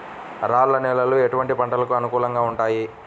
రాళ్ల నేలలు ఎటువంటి పంటలకు అనుకూలంగా ఉంటాయి?